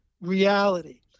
reality